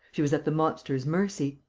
she was at the monster's mercy.